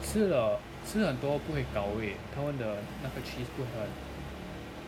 吃了吃了很多不会 gau 味他们的那个 cheese 不会很